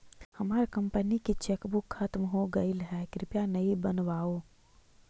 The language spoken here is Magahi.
हमार कंपनी की चेकबुक खत्म हो गईल है, कृपया नई बनवाओ